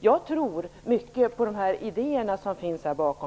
Jag tror mycket på de idéer som ligger bakom.